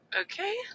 Okay